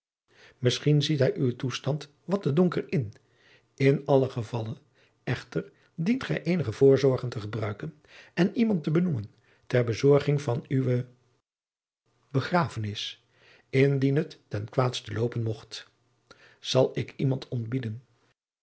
misschien ziet hij uwen toestand wat te donker in in allen gevalle echter dient gij eenige voorzorgen te gebruiken en iemand te benoemen ter bezorging van uwe begrafenis indien het ten kwaadste loopen mogt zal ik iemand ontbieden